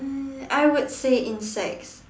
uh I would say insects